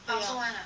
ya